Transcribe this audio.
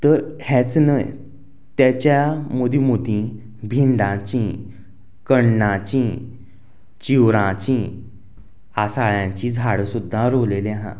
तर हेंच न्हय तेच्या मोदीं मोदीं भिंडाची कण्णांची चिवराचीं आसाळ्यांचीं झाडां सुद्दां रोवलेलीं आहा